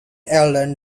eldon